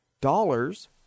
dollars